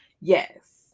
Yes